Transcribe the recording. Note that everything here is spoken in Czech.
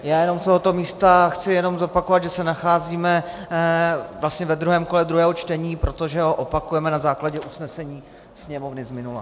Já z tohoto místa chci jenom zopakovat, že se nacházíme vlastně ve druhém kole druhého čtení, protože ho opakujeme na základě usnesení Sněmovny z minula.